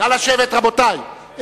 נא לשבת, רבותי.